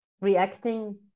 reacting